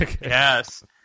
Yes